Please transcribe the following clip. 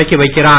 தொடக்கி வைக்கிறார்